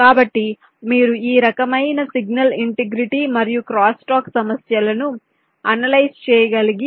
కాబట్టి మీరు ఈ రకమైన సిగ్నల్ ఇంటెగ్రిటీ మరియు క్రాస్స్టాక్ సమస్యలను అనలైజ్ చేయగలిగి